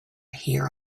here